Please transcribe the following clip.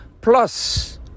plus